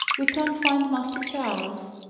we can't find master charles.